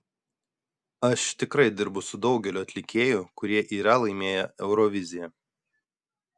aš tikrai dirbu su daugeliu atlikėjų kurie yra laimėję euroviziją